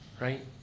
right